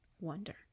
Wonder